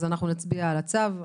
אז אנחנו נצביע על הצו.